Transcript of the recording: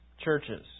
churches